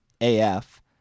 AF